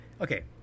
Okay